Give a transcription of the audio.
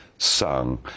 Sung